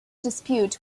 dispute